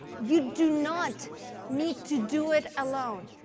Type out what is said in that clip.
you do not need to do it alone.